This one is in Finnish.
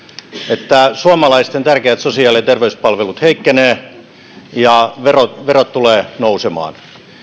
että suomalaisten tärkeät sosiaali ja terveyspalvelut heikkenevät ja verot tulevat nousemaan